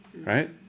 right